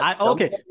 okay